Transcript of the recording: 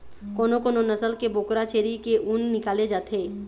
कोनो कोनो नसल के बोकरा छेरी के ऊन निकाले जाथे